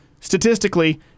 Statistically